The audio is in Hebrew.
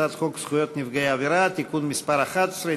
הצעת חוק זכויות נפגעי עבירה (תיקון מס' 11),